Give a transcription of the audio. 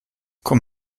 komm